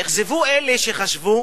אכזבו אלה שחשבו